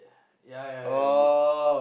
oh